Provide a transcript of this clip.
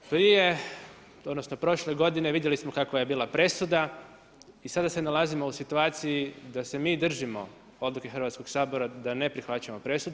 Prije, odnosno prošle godine vidjeli smo kakva je bila presuda i sada se nalazimo u situaciji da se mi držimo odluke Hrvatskoga sabora da ne prihvaćamo presudu.